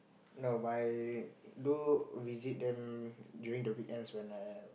no but I do visit them during weekends when I